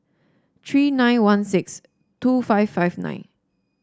three nine one six two five five nine